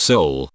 Soul